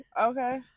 Okay